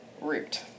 root